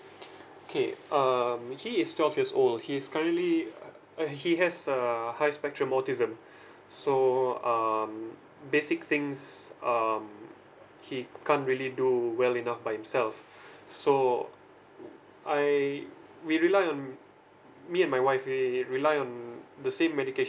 okay um he is twelve years old he's currently uh he has uh high spectrum autism so um basic things um he can't really do well enough by himself so I we rely on me and my wife we rely on the same medication